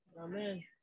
Amen